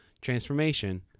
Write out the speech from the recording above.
transformation